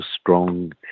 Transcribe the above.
strong